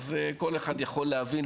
אז כל אחד יכול להבין,